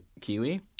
Kiwi